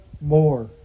more